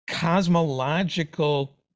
cosmological